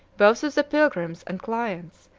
both of the pilgrims and clients,